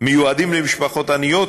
מיועדים למשפחות עניות,